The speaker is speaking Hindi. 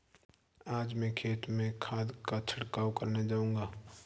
आज मैं खेत में खाद का छिड़काव करने जाऊंगा